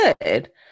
good